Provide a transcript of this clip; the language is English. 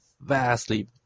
vastly